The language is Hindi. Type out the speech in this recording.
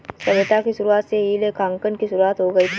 सभ्यता की शुरुआत से ही लेखांकन की शुरुआत हो गई थी